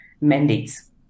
mandates